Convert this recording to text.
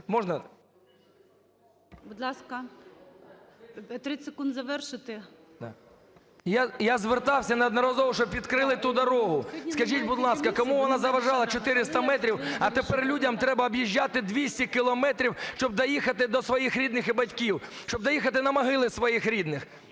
Я звертався неодноразово, щоб відкрили ту дорогу. Скажіть, будь ласка, кому вона заважала - 400 метрів, а тепер людям треба об'їжджати 200 кілометрів, щоб доїхати до своїх рідних і батьків, щоб доїхати на могили своїх рідних?